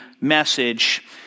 message